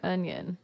Onion